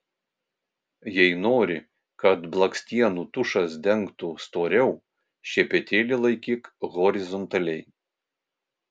jei nori kad blakstienų tušas dengtų storiau šepetėlį laikyk horizontaliai